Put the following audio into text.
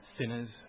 sinners